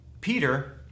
Peter